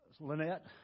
Lynette